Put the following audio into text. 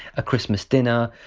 ah christmas dinner.